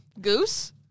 Goose